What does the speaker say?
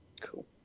cool